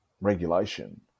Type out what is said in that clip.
regulation